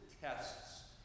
tests